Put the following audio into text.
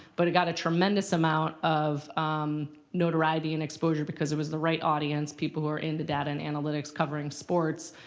but it got a tremendous amount of notoriety and exposure because it was the right audience, people who are in the data and analytics covering sports.